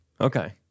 Okay